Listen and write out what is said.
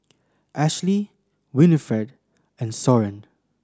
Ashlie Winnifred and Soren